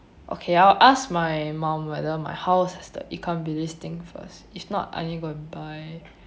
okay I'll ask my mum whether my house has the ikan bilis thing first if not I need go and buy